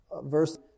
verse